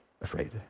afraid